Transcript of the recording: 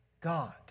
God